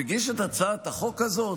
מגיש את הצעת החוק הזאת?